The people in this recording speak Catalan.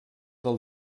del